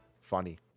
funny